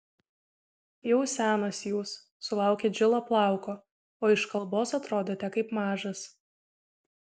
jau senas jūs sulaukėt žilo plauko o iš kalbos atrodote kaip mažas